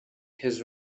his